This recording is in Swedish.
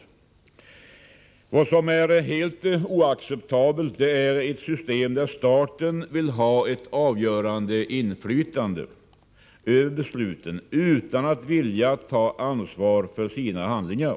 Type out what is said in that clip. Något som är helt oacceptabelt är ett system där staten vill ha det avgörande inflytandet över besluten, utan att vilja ta ansvar för sina handlingar.